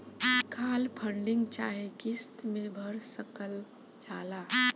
काल funding चाहे किस्त मे भर सकल जाला